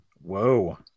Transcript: Whoa